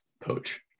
poach